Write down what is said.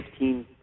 15